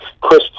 Chris